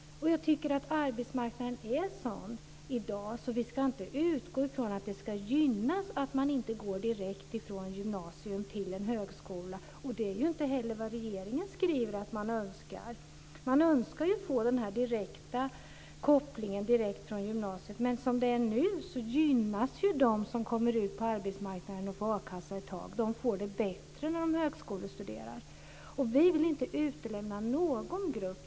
Jag tycker att arbetsmarknaden är sådan i dag att vi inte ska utgå från att det ska gynnas att man inte går direkt från gymnasiet till högskolan, och det är ju inte heller vad regeringen skriver att den önskar. Man önskar ju att få den direkta kopplingen, direkt från gymnasiet. Men som det är nu gynnas de som kommer ut på arbetsmarknaden och får a-kassa ett tag. De får det bättre när de högskolestuderar. Vi vill inte utelämna någon grupp.